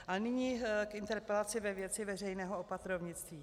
A nyní k interpelaci ve věci veřejného opatrovnictví.